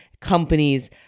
companies